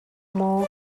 maw